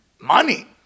Money